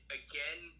again